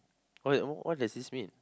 what what does this mean